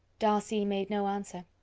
darcy made no answer.